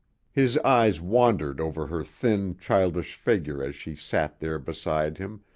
his eyes wandered over her thin, childish figure as she sat there beside him,